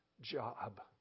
job